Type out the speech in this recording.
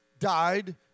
died